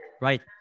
right